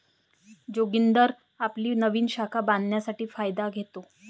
जोगिंदर आपली नवीन शाखा बांधण्यासाठी फायदा घेतो